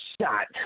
shot